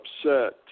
upset